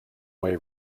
way